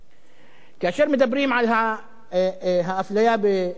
כאשר מדברים על האפליה בחלוקת תקציבים,